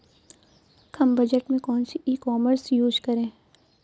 कम budget में कौन सी ई कॉमर्स यूज़ करें?